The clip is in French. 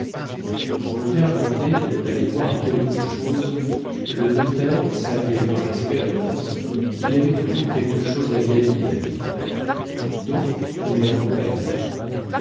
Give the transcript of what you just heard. quand le père grandet allait voir quelque chose le notaire savait par expérience qu'il y avait toujours quelque chose à gagner avec lui donc il l'accompagna